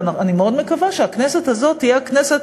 ואני מאוד מקווה שהכנסת הזאת תהיה הכנסת